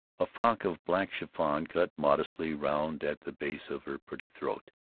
a frock of black chiffon cut modestly round at the base of her pretty throat.